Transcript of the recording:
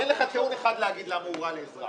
אין לך טיעון אחד להגיד למה הוא רע לאזרח.